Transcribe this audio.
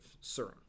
serum